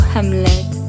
Hamlet